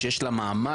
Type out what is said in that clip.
שיש לה מעמד,